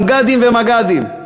סמג"דים ומג"דים,